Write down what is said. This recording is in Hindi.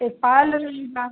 एक पचलड़ी ना